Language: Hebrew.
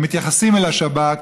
הם מתייחסים אל השבת.